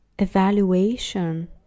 evaluation